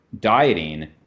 dieting